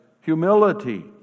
humility